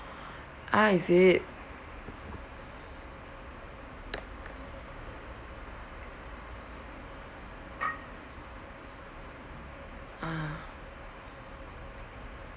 ah is it uh